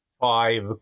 five